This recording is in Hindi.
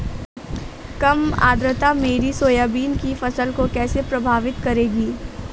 कम आर्द्रता मेरी सोयाबीन की फसल को कैसे प्रभावित करेगी?